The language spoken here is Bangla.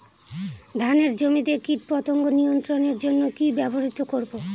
ধানের জমিতে কীটপতঙ্গ নিয়ন্ত্রণের জন্য কি ব্যবহৃত করব?